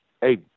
hey